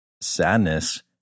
Sadness